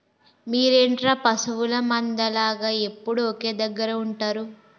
మీరేంటిర పశువుల మంద లాగ ఎప్పుడు ఒకే దెగ్గర ఉంటరు